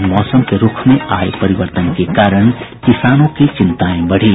और मौसम के रूख में आये परिवर्तन के कारण किसानों की चिंताएं बढ़ी